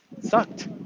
sucked